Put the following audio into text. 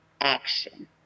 action